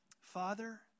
Father